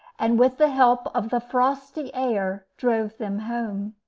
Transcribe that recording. and, with the help of the frosty air, drove them home.